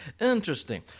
Interesting